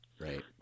Right